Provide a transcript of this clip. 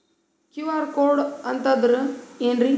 QR code ಅಂತಂದ್ರ ಏನ್ರೀ?